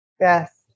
Yes